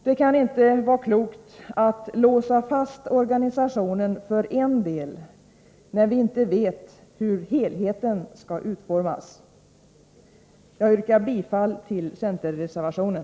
Det kan inte vara klokt att låsa fast organisationen för en del, när vi inte vet hur helheten skall utformas. Jag yrkar bifall till centerreservationen.